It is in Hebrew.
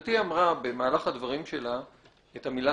גברתי אמרה במהלך הדברים שלה את המילה